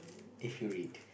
if you read